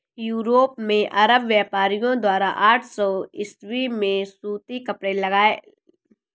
Europe में अरब व्यापारियों द्वारा आठ सौ ईसवी में सूती कपड़े लाए गए